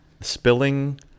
spilling